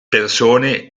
persone